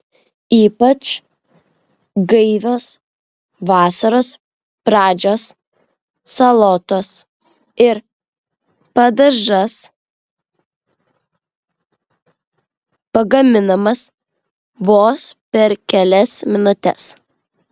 ypač gaivios vasaros pradžios salotos ir padažas pagaminamas vos per kelias minutes